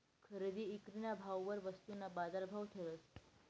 खरेदी ईक्रीना भाववर वस्तूना बाजारभाव ठरस